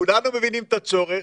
שכולנו מבינים את הצורך